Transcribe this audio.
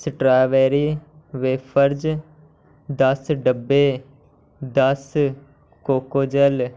strawberry wafers ਦਸ ਡੱਬੇ ਦਸ ਕੋਕੋਜਲ